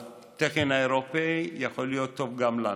התקן האירופי יכול להיות טוב גם לנו.